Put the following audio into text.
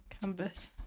canvas